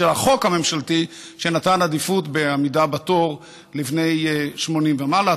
של החוק הממשלתי שנתן עדיפות בעמידה בתור לבני 80 ומעלה.